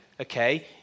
okay